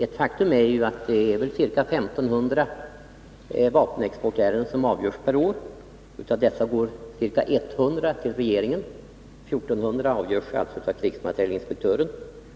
Ett faktum är ju att det är ca 1500 vapenexportärenden som avgörs per år, och av dessa går ca 100 till regeringen. 1 400 avgörs alltså av krigsmaterielinspektören.